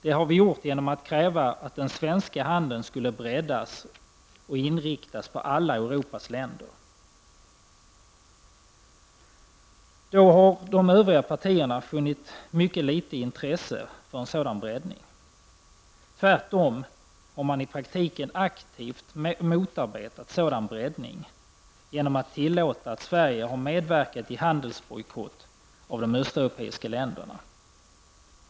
Det har vi gjort genom att kräva att den svenska handeln skulle breddas och inriktas på alla Europas länder. Det har då från övriga partier funnits mycket litet intresse för en sådan breddning. Tvärtom har man i praktiken aktivt motarbetat en sådan breddning genom att tillåta att Sverige medverkat i handelsbojkott av de östeuropeiska länderna.